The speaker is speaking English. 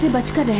let's go.